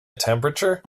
temperature